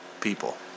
people